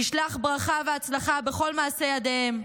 וישלח ברכה והצלחה בכל מעשה ידיהם.